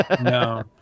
No